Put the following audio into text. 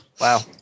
Wow